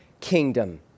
kingdom